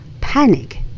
panic